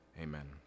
Amen